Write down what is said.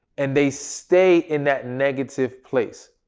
and they stay in that negative place,